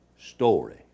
story